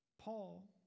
Paul